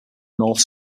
north